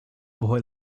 boy